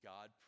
God